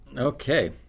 Okay